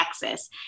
Texas